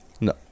No